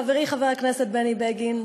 חברי חבר הכנסת בני בגין,